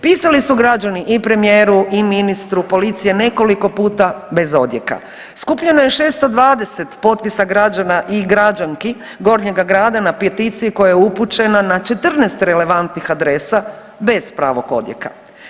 Pisali su građani i premijeru i ministru policije nekoliko puta bez odjeka, skupljeno je 620 potpisa građana i građanki Gornjega grada na peticiji koja je upućena na 14 relevantnih adresa bez pravog odjeka.